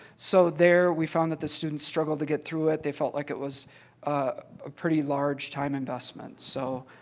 so there we found that the students struggled to get through it. they felt like it was a pretty large time investment. so